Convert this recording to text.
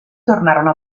tornarono